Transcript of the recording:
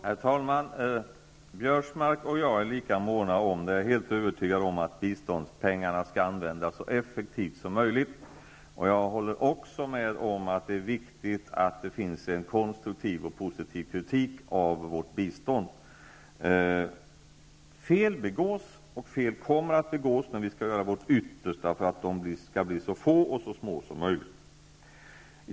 Herr talman! Karl-Göran Biörsmark och jag är lika måna om, det är jag helt övertygad om, att biståndspengarna skall användas så effektivt som möjligt. Vidare håller jag med om att det är viktigt att det finns en konstruktiv och positiv kritik av vårt bistånd. Fel begås, och fel kommer att begås. Men vi skall göra vårt yttersta för att felen skall bli så få och så små som möjligt.